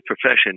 profession